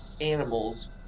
animals